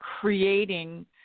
creating